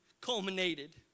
culminated